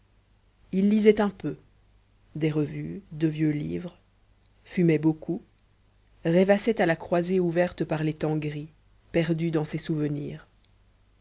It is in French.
il lisait un peu des revues de vieux livres fumait beaucoup rêvassait à la croisée ouverte par les temps gris perdu dans ses souvenirs